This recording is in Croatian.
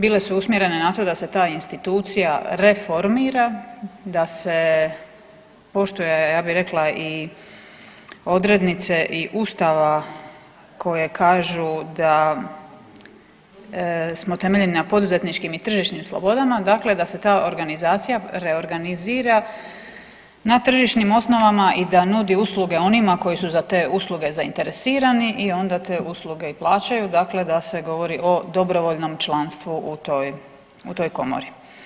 Bile su usmjerene na to da se ta institucija reformira, da se poštuje ja bi rekla i odrednice i Ustava koje kažu da smo temeljeni na poduzetničkim i tržišnim slobodama, dakle da se ta organizacija reorganizira na tržišnim osnovama i da nudi usluge onima koji su za te usluge zainteresirani i onda te usluge i plaćaju, dakle da se govori o dobrovoljnom članstvu u toj komori.